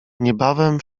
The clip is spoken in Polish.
niebawem